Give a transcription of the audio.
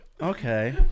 Okay